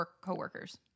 co-workers